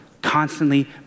constantly